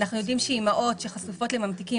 אנחנו יודעים שאימהות שחשופות לממתיקים